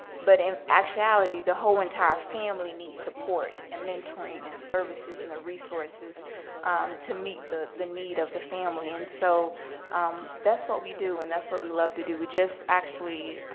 but in actuality, the whole entire family needs support and mentoring and services and the resources to meet the the need of the family. and so that's what we do, and that's what we love to do. we just actually,